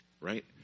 Right